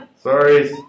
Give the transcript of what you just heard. Sorry